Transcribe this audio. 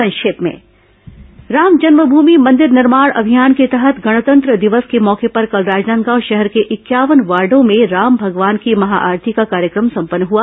संक्षिप्त समाचार राम जन्मभूमि मंदिर निर्माण अभियान के तहत गणतंत्र दिवस के मौके पर कल राजनांदगांव शहर के इंक्यावन वार्डो में राम भगवान की महाआरती का कार्यक्रम संपन्न हुआ